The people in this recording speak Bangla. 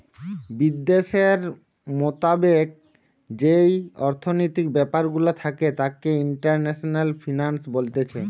বিদ্যাশের মোতাবেক যেই অর্থনৈতিক ব্যাপার গুলা থাকে তাকে ইন্টারন্যাশনাল ফিন্যান্স বলতিছে